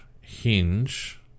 hinge